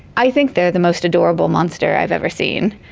i think they are the most adorable monster i've ever seen,